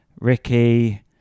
Ricky